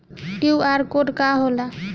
QR code का होला?